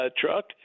truck